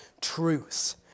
truth